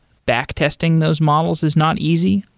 back testing those models is not easy.